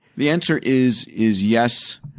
the answer is is yes,